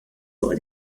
fuq